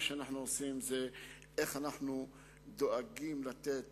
אנחנו צריכים לראות איך אנחנו דואגים לתת